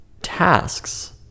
tasks